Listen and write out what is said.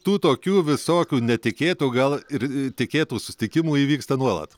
tu tokių visokių netikėtų gal ir tikėtų susitikimų įvyksta nuolat